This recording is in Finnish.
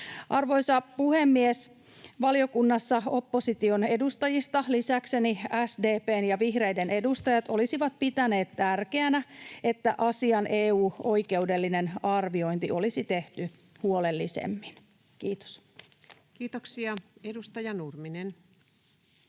Arvoisa puhemies! Valiokunnassa opposition edustajista lisäkseni SDP:n ja vihreiden edustajat olisivat pitäneet tärkeänä, että asian EU-oikeudellinen arviointi olisi tehty huolellisemmin. — Kiitos. Kiitoksia. — Edustaja Nurminen.